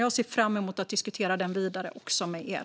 Jag ser fram emot att diskutera den vidare också med er.